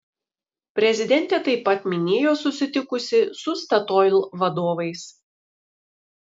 prezidentė taip pat minėjo susitikusi su statoil vadovais